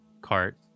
cart